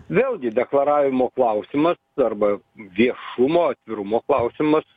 vėlgi deklaravimo klausimas arba viešumo atvirumo klausimas